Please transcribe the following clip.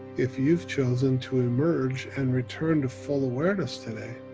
if you've chosen to emerge and return to full awareness today,